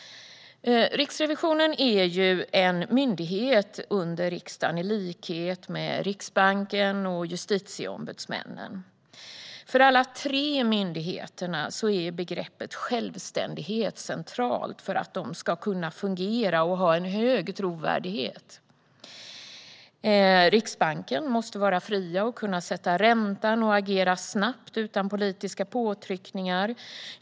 Riksrevisionen är en myndighet under riksdagen i likhet med Riksbanken och Justitieombudsmannen. För alla tre myndigheterna är begreppet självständighet centralt för att de ska kunna fungera och ha en hög trovärdighet. Riksbanken måste vara fri att sätta räntan och att agera snabbt utan politiska påtryckningar.